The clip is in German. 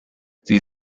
sie